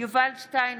יובל שטייניץ,